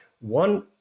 One